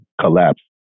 collapse